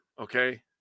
okay